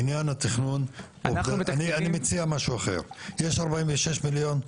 עניין התכנון -- אני מציע משהו אחר: יש 46 מיליון.